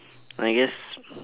I guess